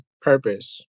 purpose